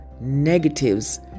negatives